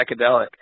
psychedelic